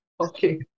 Okay